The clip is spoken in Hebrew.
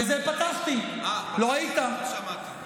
בזה פתחתי, לא היית, אה, לא שמעתי.